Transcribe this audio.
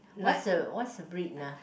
what's the what's the breed lah